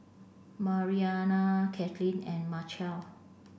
Mariana Katlyn and Machelle